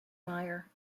mayer